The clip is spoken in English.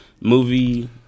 movie-